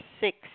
six